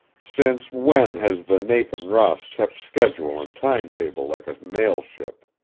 since when has the nathan ross kept schedule and time table like a mail ship?